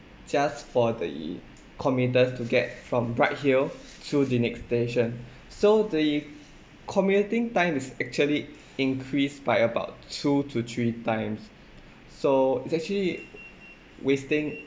just for the commuters to get from bright hill to the next station so the commuting time is actually increased by about two to three times so it's actually wasting